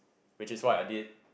which is what I did